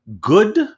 good